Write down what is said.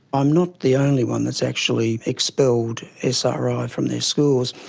i'm not the only one that's actually expelled sri from their schools.